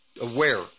aware